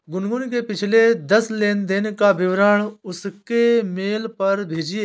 गुनगुन के पिछले दस लेनदेन का विवरण उसके मेल पर भेजिये